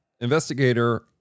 investigator